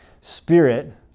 Spirit